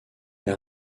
est